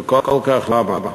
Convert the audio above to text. וכל כך למה?